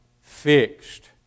Fixed